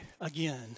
again